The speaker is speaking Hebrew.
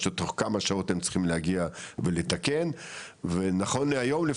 שתוך כמה שעות הם צריכים להגיע ולתקן ונכון להיום,